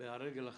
- על רגל אחת,